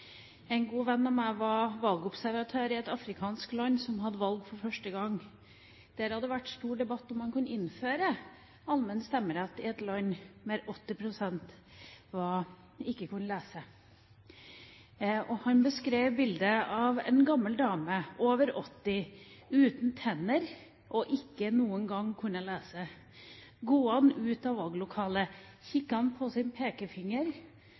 En god venn av meg var valgobservatør i et afrikansk land som hadde valg for første gang. Der hadde det vært stor debatt om man kunne innføre allmenn stemmerett, i et land der 80 pst. ikke kunne lese. Han beskrev bildet av en gammel dame, over 80, uten tenner, som ikke kunne lese, gående ut av valglokalet, kikket på sin pekefinger